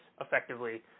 effectively